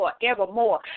forevermore